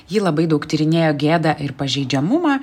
ji labai daug tyrinėjo gėdą ir pažeidžiamumą